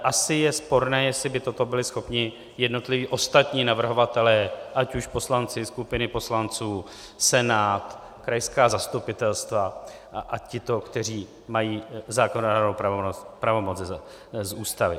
Asi je sporné, jestli by toho byli schopni jednotliví ostatní navrhovatelé, ať už poslanci, skupiny poslanců, Senát, krajská zastupitelstva a tito, kteří mají zákonodárnou pravomoc z Ústavy.